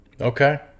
Okay